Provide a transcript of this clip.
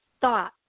thought